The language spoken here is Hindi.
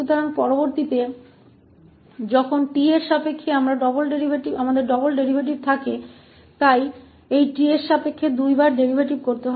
तो अगली बार जब हमारे पास 𝑡 के संबंध में डबल डेरीवेटिव होता है तो t के संबंध में दो गुना डेरीवेटिव होता है